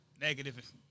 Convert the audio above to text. negative